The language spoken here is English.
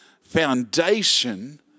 foundation